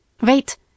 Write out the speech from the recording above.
Wait